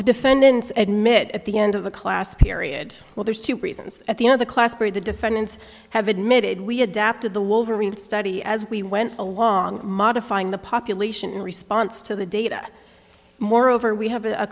defendants at mit at the end of the class period well there's two reasons at the end of the class three the defendants have admitted we adapted the wolverine study as we went along modifying the population in response to the data moreover we have a